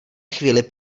chvíli